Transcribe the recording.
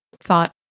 thought